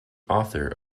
author